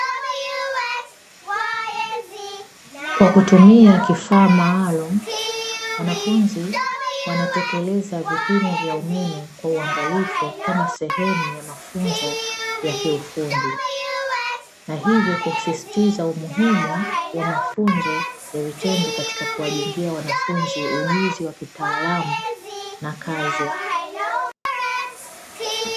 Kwa kutumia kifaa maalumu, wanafunzi wanatekeleza vipimo vya umeme kwa uangalifu kama sehemu ya mafunzo ya kiufundi, na hivyo kusisitiza umuhimu wa mafunzo ya vitendo katika kuwajengea wanafunzi ujuzi wa kitaalamu na kazi.